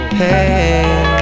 hey